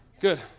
Good